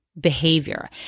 behavior